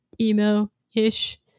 emo-ish